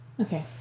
okay